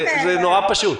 זה נורא פשוט.